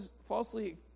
falsely